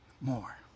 more